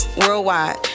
worldwide